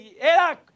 era